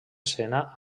escena